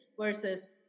versus